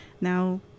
now